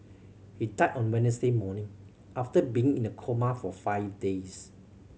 he died on Wednesday morning after being in a coma for five days